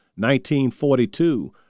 1942